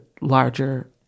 larger